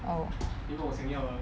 oh